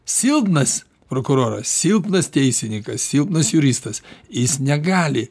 silpnas prokuroras silpnas teisininkas silpnas juristas jis negali